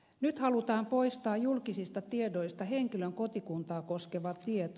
nyt halutaan poistaa julkisista tiedoista henkilön kotikuntaa koskeva tieto